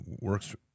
works